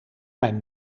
mijn